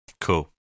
Cool